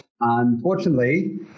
unfortunately